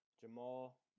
Jamal